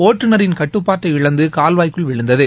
ஒட்டுநரின் கட்டுப்பாட்டை இழந்து கால்வாய்க்குள் விழுந்தது